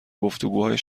گفتگوهای